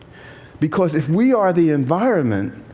because if we are the environment,